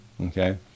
okay